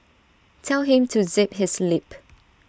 tell him to zip his lip